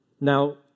Now